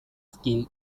skill